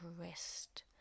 rest